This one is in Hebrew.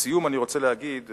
לסיום אני רוצה להגיד,